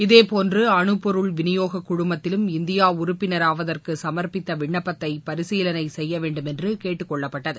இதேபோன்று அனுபொருள் விநியோக குழுமத்திலும் இந்தியா உறுப்பினராவதற்கு சுமர்ப்பித்த விண்ணப்பத்தை பரிசீலனை செய்ய வேண்டும் என்று கேட்டுக் கொள்ளப்பட்டது